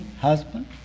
husband